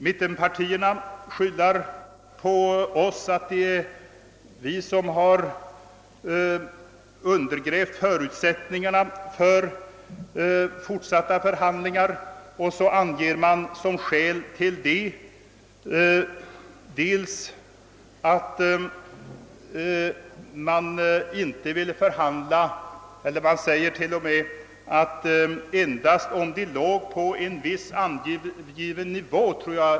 Mittenpartierna skyller på oss och säger att vi har undergrävt förutsättningarna för fortsatta förhandlingar. Det anger man som skäl för att inte vilja förhandla. Herr Ståhl sade att vi ville förhandla bara om buden låg på en viss angiven nivå.